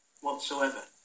whatsoever